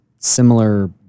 similar